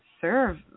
serve